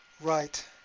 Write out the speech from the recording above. right